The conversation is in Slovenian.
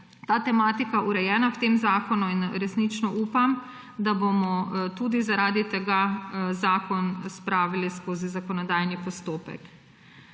ta tematika urejena in resnično upam, da bomo tudi zaradi tega zakon spravili skozi zakonodajni postopek.